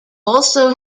also